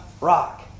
rock